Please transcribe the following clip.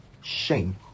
shame